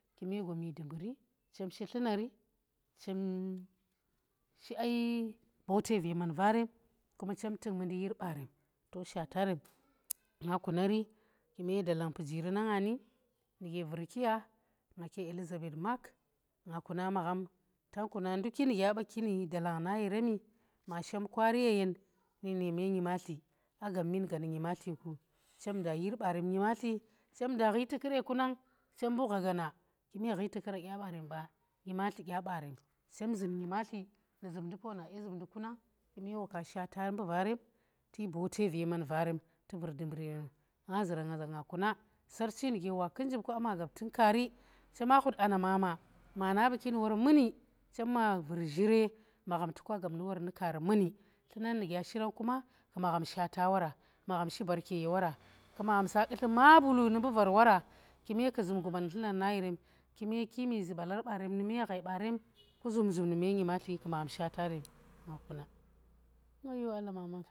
kume gomi dumburi chem shi tlunari chem shi ai bote ve maan vari kom chem tuk mundi yir barem to shatarem nga kunari kume dalang pujiri na nga ninu vurkiya, nga ka Elizabeth mark nga kuna magham tang kuna nduki nuge a baa ki nu dalang na yeremi ma shem kwaari yeyen nine ma nyimatli ku chem da yir barem nyimatli chem da ghui tukure ku nang chem mbu gha gaana, kime ghui tukura dya barem ba, nyimatli nu zumndi poona dye zumndi ku nang kume woka shata mbu varem tuyi bote ve man varem tu vur dumbur yerem, nga zuran za nga kuna, sarchi nuge wa kus njir ku aa ma gaptin kaari chema khut anna mama, mana baki nu wor muni, chem wa vur zhire magham to ka gap nu work kaari muni tlunar nu gya shiran kuma magham shata wora magham shi baarke ye wora, kime kazum guma nu tlumar na ye rem, kime kimi zu balar barem nume ghai barem ku zum zum nume nyimatli ku magham shata rem nga kuna.